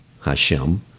Hashem